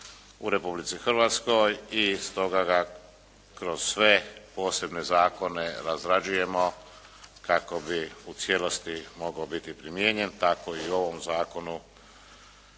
u Republici Hrvatskoj i stoga ga kroz sve posebne zakone razrađujemo kako bi u cijelosti mogao biti primijenjen tako i u ovom zakonu